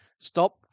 Stop